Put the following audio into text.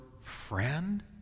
friend